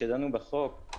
שדנו בחוק,